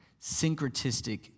syncretistic